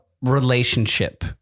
relationship